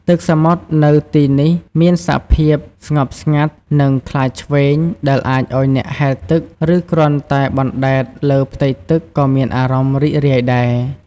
ទឹកសមុទ្រនៅទីនេះមានសភាពស្ងប់ស្ងាត់ និងថ្លាឆ្វេង ដែលអាចឲ្យអ្នកហែលទឹក ឬគ្រាន់តែអណ្តែតលើផ្ទៃទឹកក៏មានអារម្មណ៍រីករាយដែរ។